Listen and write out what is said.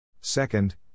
Second